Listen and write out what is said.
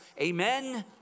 Amen